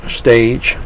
stage